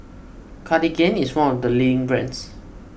Cartigain is one of the leading brands